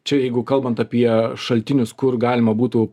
čia jeigu kalbant apie šaltinius kur galima būtų